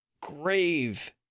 grave